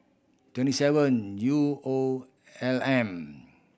twenty seven U O L M